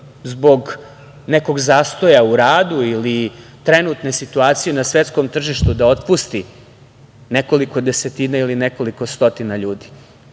zbog nekog zastoja u radu ili trenutne situacije na svetskom tržištu da otpusti nekoliko desetina ili nekoliko stotina ljudi. To